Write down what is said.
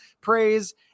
praise